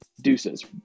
deuces